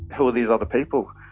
who are these other people?